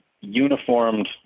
Uniformed